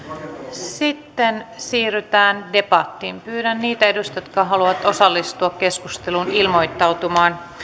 sitten siirrytään debattiin pyydän niitä edustajia jotka haluavat osallistua keskusteluun ilmoittautumaan